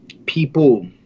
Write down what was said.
people